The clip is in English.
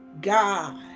God